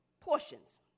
portions